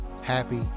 happy